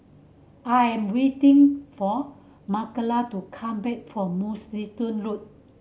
I am waiting for Marcela to come back from Mugliston Road